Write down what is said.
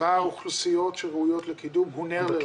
השונים באוכלוסיות שראויות לקידום הוא נר לרגלי.